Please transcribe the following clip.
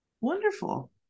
Wonderful